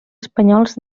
espanyols